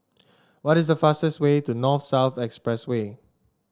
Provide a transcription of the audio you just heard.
what is the fastest way to North South Expressway